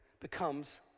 becomes